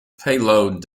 payload